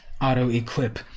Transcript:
auto-equip